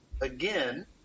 again